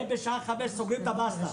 הם בשעה חמש סוגרים את הבסטה.